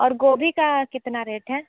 और गोभी का कितना रेट है